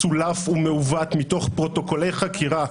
מסולף ומעוות מתוך פרוטוקולי חקירה,